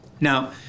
Now